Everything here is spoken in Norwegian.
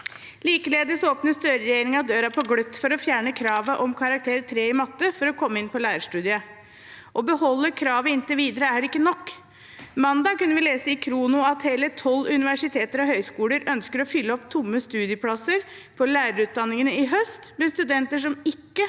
Likeledes åpner Støre-regjeringen døren på gløtt for å fjerne kravet om karakteren tre i matte for å komme inn på lærerstudiet. Å beholde kravet inntil videre er ikke nok. Mandag kunne vi lese i Khrono at hele tolv universiteter og høyskoler ønsker å fylle opp tomme studieplasser på lærerutdanningene i høst med studenter som ikke